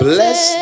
Bless